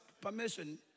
permission